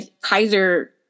Kaiser